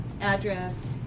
address